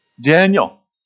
Daniel